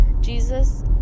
Jesus